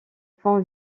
points